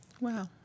Wow